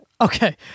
Okay